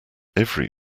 every